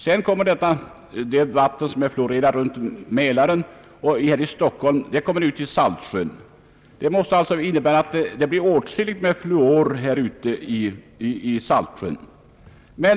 Det vatten som blivit fluoriderat runt Mälaren och här i Stockkolm kommer sedan ut i Saltsjön. Detta måste innebära att det blir åtskil ligt med fluor där ute.